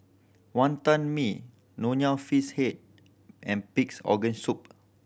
Wonton Mee Nonya Fish Head and Pig's Organ Soup